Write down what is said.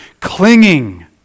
Clinging